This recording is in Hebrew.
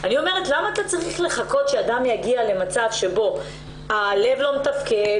אלה שאלות שצריך לחשוב האם הצרכים הטיפוליים של הנערות מקבלים מענים.